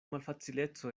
malfacileco